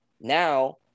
now